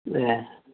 ए